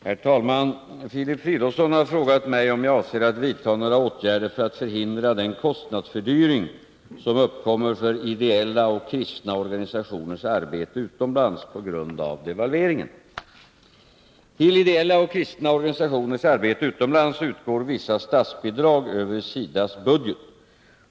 Herr talman! Filip Fridolfsson har frågat mig om jag avser att vidtaga några åtgärder för att förhindra den kostnadsfördyring som uppkommer för ideella och kristna organisationers arbete utomlands på grund av devalveringen. Till ideella och kristna organisationers arbete utomlands utgår vissa statsbidrag över SIDA:s budget.